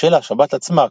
של השבת עצמה,